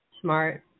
smart